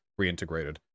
reintegrated